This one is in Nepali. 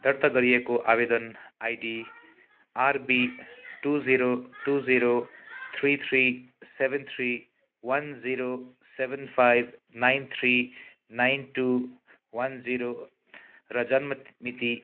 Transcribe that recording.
दर्ता गरिएको आवेदन ID R B two zero two zero three three seven three one zero seven five nine three nine two one zero र जन्म ति मिति